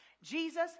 jesus